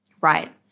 Right